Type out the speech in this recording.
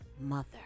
mother